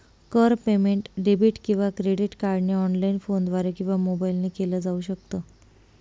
कर payment debit किंवा credit कार्डने ऑनलाइन, फोनद्वारे किंवा मोबाईल ने केल जाऊ शकत